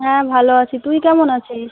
হ্যাঁ ভালো আছি তুই কেমন আছিস